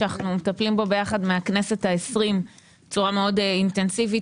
אנחנו מטפלים בו ביחד מהכנסת העשרים בצורה מאוד אינטנסיבית